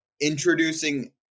introducing